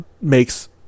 makes